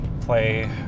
play